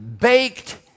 baked